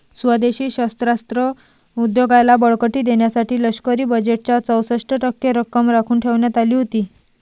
स्वदेशी शस्त्रास्त्र उद्योगाला बळकटी देण्यासाठी लष्करी बजेटच्या चौसष्ट टक्के रक्कम राखून ठेवण्यात आली होती